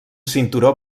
cinturó